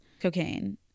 cocaine